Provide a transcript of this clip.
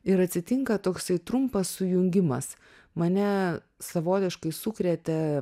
ir atsitinka toksai trumpas sujungimas mane savotiškai sukrėtė